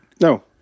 No